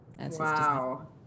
Wow